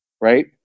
right